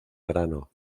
grano